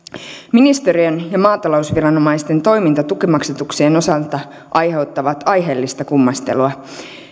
ministeriön ja maatalousviranomaisten toiminta tukimaksatuksien osalta aiheuttaa aiheellista kummastelua